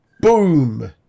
boom